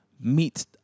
meet